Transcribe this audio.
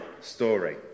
story